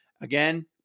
Again